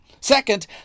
Second